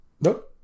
Nope